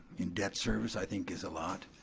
in debt service i think is a lot.